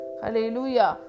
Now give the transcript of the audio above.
Hallelujah